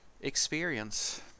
Experience